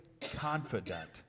confident